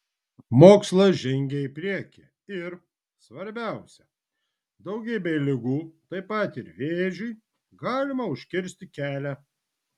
mokslas žengia į priekį ir svarbiausia daugybei ligų taip pat ir vėžiui galima užkirsti kelią